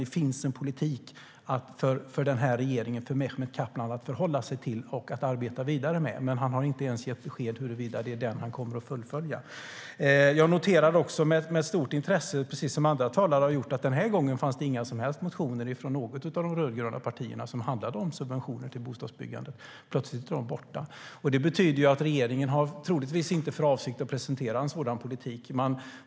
Det finns en politik för regeringen och Mehmet Kaplan att förhålla sig till och arbeta vidare med, men han har inte ens gett besked om att det är den han kommer att fullfölja. Jag noterar också, precis som andra talare, med stort intresse att det den här gången fanns det inga som helst motioner från något av de rödgröna partierna om subventioner till bostadsbyggande. Plötsligt är de borta. Det betyder ju att regeringen troligtvis inte har för avsikt att presentera en sådan politik.